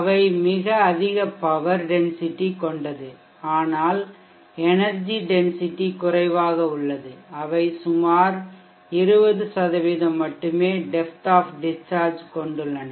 அவை மிக அதிக பவர் டென்சிட்டி கொண்டது ஆனால் எனெர்ஜி டென்சிட்டி குறைவாக உள்ளது அவை சுமார் 20 மட்டுமே டெப்த் ஆஃப் டிஷ்சார்ஜ் கொண்டுள்ளன